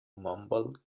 mumble